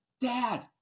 Dad